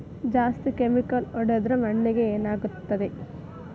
ಜಾಸ್ತಿ ಕೆಮಿಕಲ್ ಹೊಡೆದ್ರ ಮಣ್ಣಿಗೆ ಏನಾಗುತ್ತದೆ?